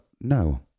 no